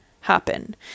happen